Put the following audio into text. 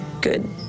good